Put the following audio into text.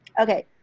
Okay